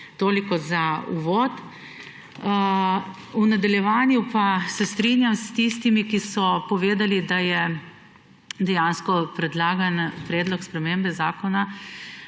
Toliko za uvod. V nadaljevanju pa, se strinjam s tistimi, ki so povedali, da dejansko predlog spremembe zakona